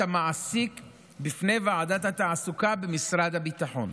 המעסיק בפני ועדת התעסוקה במשרד הביטחון.